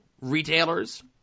retailers